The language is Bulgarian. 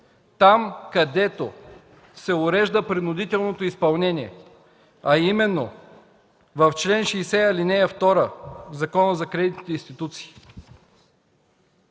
Там, където се урежда принудителното изпълнение, е именно в чл. 60, ал. 2 от Закона за кредитните институции.